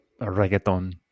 reggaeton